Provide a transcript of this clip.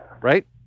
Right